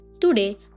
Today